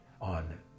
on